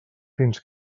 fins